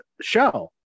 show